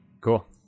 cool